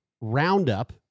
Roundup